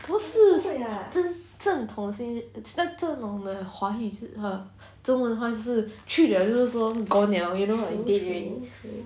不是是正统正统的话语是中文话就是去了就是 gone liao you know like dead ready